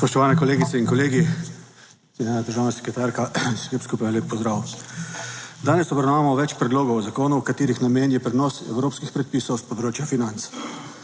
Spoštovani kolegice in kolegi, cenjena državna sekretarka, vsem skupaj lep pozdrav! Danes obravnavamo več predlogov zakonov, katerih namen je prenos evropskih predpisov s področja financ.